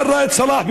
אבל ראאד סלאח,